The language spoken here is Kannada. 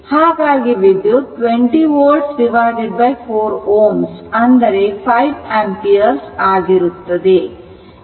ಹಾಗಾಗಿ ವಿದ್ಯುತ್ 20 volt 4 Ω ಅಂದರೆ 5 ಆಂಪಿಯರ್ ಆಗಿರುತ್ತದೆ